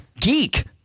Geek